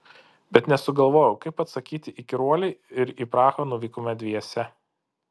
bet nesugalvojau kaip atsakyti įkyruolei ir į prahą nuvykome dviese